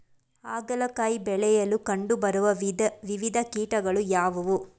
ಹಾಗಲಕಾಯಿ ಬೆಳೆಯಲ್ಲಿ ಕಂಡು ಬರುವ ವಿವಿಧ ಕೀಟಗಳು ಯಾವುವು?